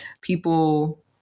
people